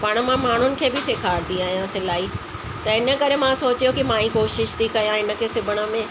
पाण मां माण्हुनि खे बि सेखारंदी आहियां सिलाई त इन करे मां सोचियो की मां ई कोशिशि थी कयां इन खे सिबण में